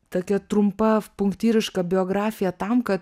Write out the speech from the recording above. tokia trumpa punktyriška biografija tam kad